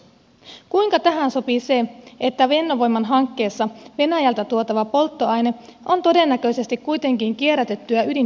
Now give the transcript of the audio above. kuinka tähän sopii se että fennovoiman hankkeessa venäjältä tuotava polttoaine on todennäköisesti kuitenkin kierrätettyä ydinjätettä